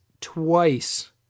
twice